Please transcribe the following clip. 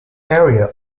area